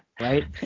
right